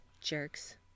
Jerks